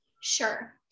sure